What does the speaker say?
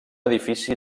edifici